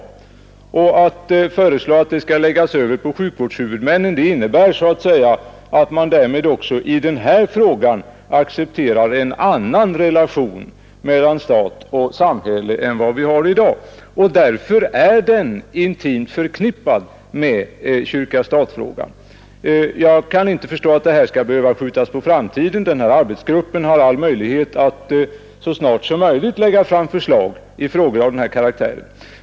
Att föreslå att denna uppgift skall läggas över på sjukvårdshuvudmännen innebär att man också i denna fråga accepterar en annan relation mellan stat och kyrka än den nuvarande. Därför är spörsmålet intimt förknippat med kyrka—stat-frågans lösning. Jag kan inte förstå att detta skall behöva skjutas på framtiden. Arbetsgruppen har alla möjligheter att snarast lägga fram förslag i frågor av denna karaktär.